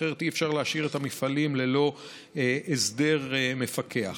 שאחרת אי-אפשר להשאיר את המפעלים ללא הסדר מפקח.